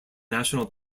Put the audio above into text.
national